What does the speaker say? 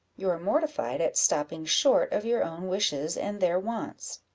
you are mortified at stopping short of your own wishes and their wants.